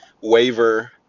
waiver